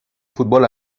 football